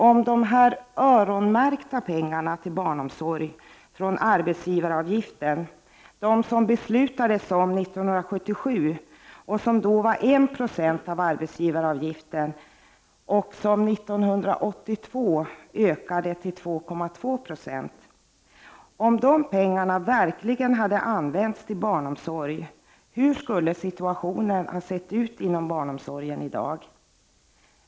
Om de öronmärkta pengar till barnomsorg från arbetsgivaravgiften som det beslutades om 1977, och som då var 1 90 av arbetsgivaravgiften och som sedan ökades till 2,2 96 1982, verkligen hade använts till barnomsorgen — hur skulle situationen inom barnomsorgen ha sett ut i dag?